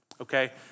okay